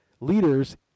leaders